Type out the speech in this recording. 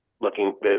looking